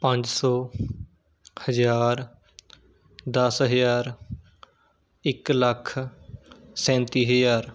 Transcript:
ਪੰਜ ਸੌ ਹਜ਼ਾਰ ਦਸ ਹਜ਼ਾਰ ਇੱਕ ਲੱਖ ਸੈਂਤੀ ਹਜ਼ਾਰ